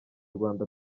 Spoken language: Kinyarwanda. rwanda